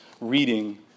reading